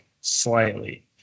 slightly